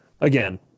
Again